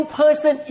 person